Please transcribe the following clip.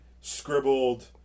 scribbled